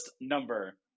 number